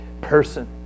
person